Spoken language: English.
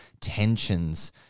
tensions